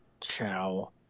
ciao